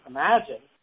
Imagine